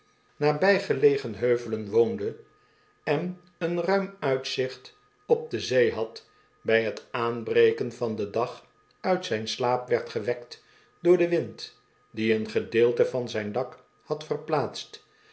legen heuvelen woonde en een ruim uitzicht op de zee had bij t aanbreken van den dag uit zijn slaap werd gewekt door den wind die een gedeelte van zijn dak had verplaatst